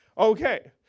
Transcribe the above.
Okay